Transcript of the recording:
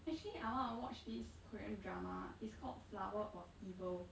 actually I want watch this korean drama it's called flower of evil